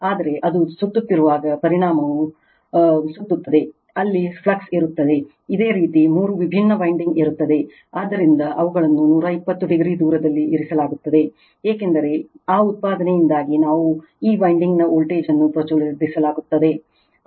ಆದರೆ ಅದು ಸುತ್ತುತ್ತಿರುವಾಗ ಪರಿಮಾಣವು ಸುತ್ತುತ್ತದೆ ಅಲ್ಲಿ ಫ್ಲಕ್ಸ್ ಇರುತ್ತದೆ ಇದೇ ರೀತಿ ಮೂರು ವಿಭಿನ್ನ ವೈಂಡಿಂಗ್ ಇರುತ್ತದೆ ಆದ್ದರಿಂದ ಅವುಗಳನ್ನು 120o ದೂರದಲ್ಲಿ ಇರಿಸಲಾಗುತ್ತದೆ ಏಕೆಂದರೆ ಆ ಉತ್ಪಾದನೆಯಿಂದಾಗಿ ನಾವು ಈ ವೈಂಡಿಂಗ್ ನ ವೋಲ್ಟೇಜ್ ಅನ್ನು ಪ್ರಚೋದಿಸಲಾಗುವುದು